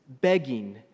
begging